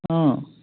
অ